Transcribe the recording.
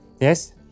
yes